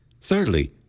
Thirdly